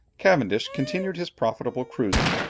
cavendish continued his profitable cruising,